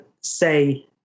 say